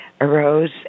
arose